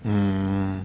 mmhmm